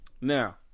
Now